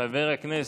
חבר הכנסת.